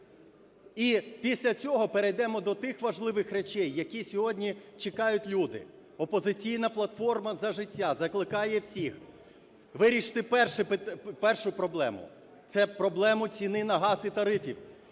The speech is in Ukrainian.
І після цього перейдемо до тих важливих речей, які сьогодні чекають люди. "Опозиційна платформа - За життя" закликає всіх вирішити першу проблему – це проблему ціни на газ і тарифів.